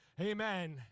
Amen